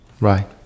Right